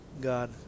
God